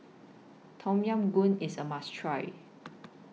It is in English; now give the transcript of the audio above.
Tom Yam Goong IS A must Try